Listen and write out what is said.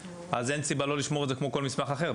אין סיבה לא לשמור את זה כמו כל מסמך אחר.